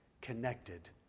connected